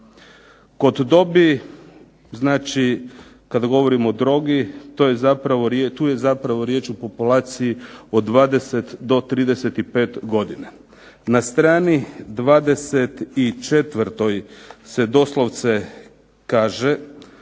Kod dobi, znači kada govorim o drogi tu je zapravo riječ o populaciji od 20 do 35 godina. Na strani 24. se doslovce kaže